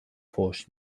فحش